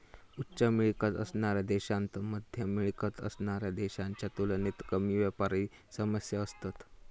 उच्च मिळकत असणाऱ्या देशांत मध्यम मिळकत असणाऱ्या देशांच्या तुलनेत कमी व्यापारी समस्या असतत